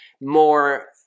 more